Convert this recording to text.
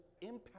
impact